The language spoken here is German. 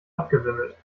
abgewimmelt